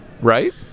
Right